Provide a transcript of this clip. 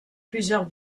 plusieurs